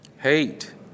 Hate